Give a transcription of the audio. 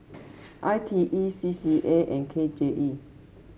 I T E C C A and K J E